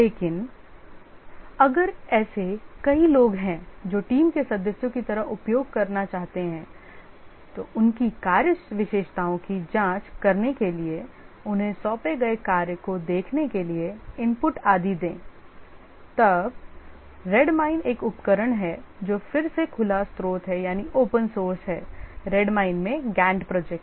लेकिन अगर ऐसे कई लोग हैं जो टीम के सदस्यों की तरह उपयोग करना चाहते हैं उनकी कार्य विशेषताओं की जांच करने के लिए उन्हें सौंपे गए कार्य को देखने के लिए इनपुट आदि दें तब Redmine एक उपकरण है जो फिर से खुला स्रोत है Redmine में गैंट प्रोजेक्ट